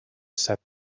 said